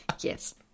yes